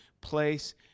place